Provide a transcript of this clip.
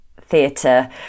theatre